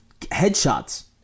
Headshots